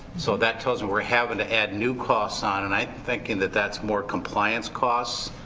so that tells me we're having to add new costs on and i'm thinking that that's more compliance costs,